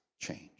change